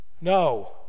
No